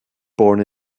born